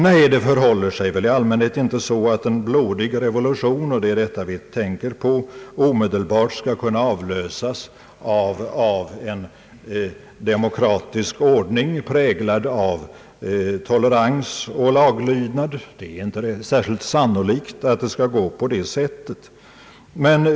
Nej, det förhåller sig väl i allmänhet inte så att en blodig revolution — det är det vi tänker på i detta sammanhang — omedelbart skall kunna avlösas av en demokratisk ordning präglad av tolerans och lag lydnad. Det är inte särskilt sannolikt att det skall gå på detta sätt.